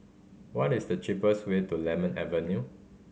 what is the cheapest way to Lemon Avenue